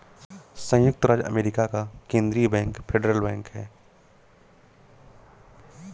सयुक्त राज्य अमेरिका का केन्द्रीय बैंक फेडरल बैंक है